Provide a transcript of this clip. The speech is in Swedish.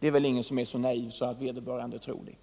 Ingen är väl så naiv att han tror det.